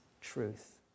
truth